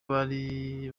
bari